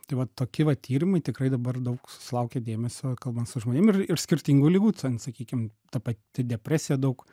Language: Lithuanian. tai vat toki vat tyrimai tikrai dabar daug susilaukė dėmesio kalbant su žmonėm ir ir skirtingų ligų ten sakykim ta pati depresija daug